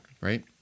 right